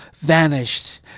vanished